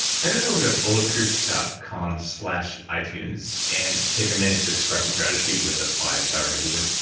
head on over to bulletproof dot com slash itunes and take a minute to express some gratitude with a five star review.